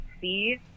see